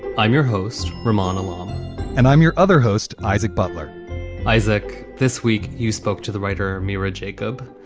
i'm your host, ramona, um and i'm your other host. isaac butler isaac. this week you spoke to the writer mira jacob.